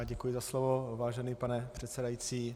Děkuji za slovo, vážený pane předsedající.